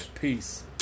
Peace